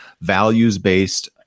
values-based